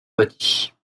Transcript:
bâtis